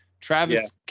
Travis